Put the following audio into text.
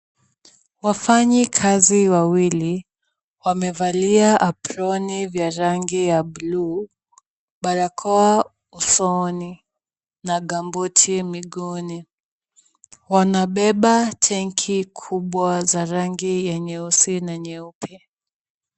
Wafanyikazi wawili wamevalia aproni vya rangi ya blue , barakoa gambuti mguuni. Wanabeba tanki kubwa za rangi ya nyeusi na nyeupe.